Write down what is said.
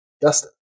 Dustin